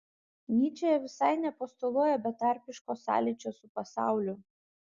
nyčė visai nepostuluoja betarpiško sąlyčio su pasauliu